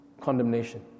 condemnation